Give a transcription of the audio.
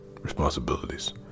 responsibilities